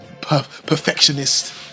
perfectionist